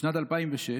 בשנת 2006,